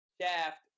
Shaft